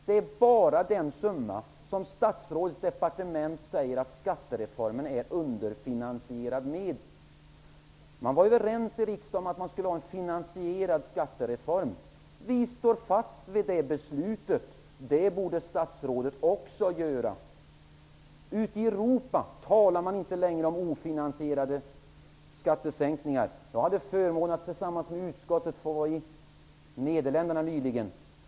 Det är den summa som statsrådets departement säger att skattereformen är underfinansierad med. I riksdagen var man överens om att man skulle ha en finansierad skattereform. Vi står fast vid det beslutet. Det borde statsrådet också göra. Ute i Europa talar man inte längre om ofinansierade skattesänkningar. Jag hade förmånen att tillsammans med utskottet få besöka Nederländerna nyligen.